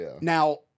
Now